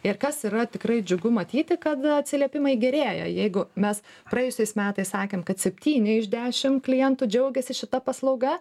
ir kas yra tikrai džiugu matyti kad atsiliepimai gerėja jeigu mes praėjusiais metais sakėm kad septyni iš dešim klientų džiaugiasi šita paslauga